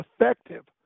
effective